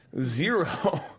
zero